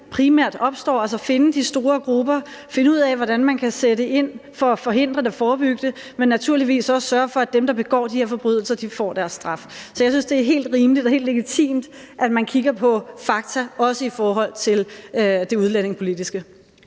primært opstår, altså finde de store grupper, finde ud af, hvordan man kan sætte ind for at forhindre det og forebygge det, men naturligvis også sørge for, at dem, der begår de her forbrydelser, får deres straf. Så jeg synes, det er helt rimeligt og helt legitimt, at man kigger på fakta, også i forhold til det udlændingepolitiske.